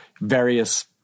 various